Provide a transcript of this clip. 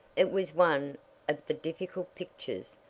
it was one of the difficult pictures,